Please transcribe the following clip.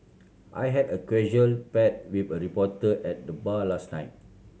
I had a casual bat with a reporter at the bar last night